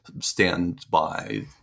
standby